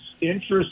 interest